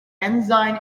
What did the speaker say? ensign